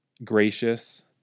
gracious